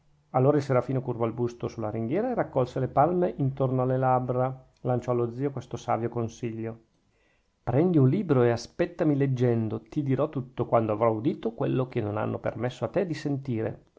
allora il serafino curvò il busto sulla ringhiera e raccolte le palme intorno alle labbra lanciò allo zio questo savio consiglio prendi un libro e aspettami leggendo ti dirò tutto quando avrò udito quello che non hanno permesso a te di sentire